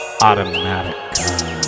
Automatic